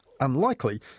unlikely